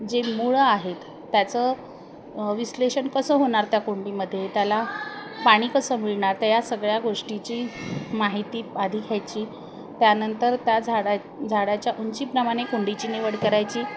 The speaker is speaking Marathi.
जे मुळं आहेत त्याचं विश्लेषण कसं होणार त्या कुंडीमध्ये त्याला पाणी कसं मिळणार तर या सगळ्या गोष्टीची माहिती आधी घ्यायची त्यानंतर त्या झाडा झाडाच्या उंचीप्रमाणे कुंडीची निवड करायची